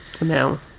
No